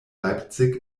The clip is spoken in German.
leipzig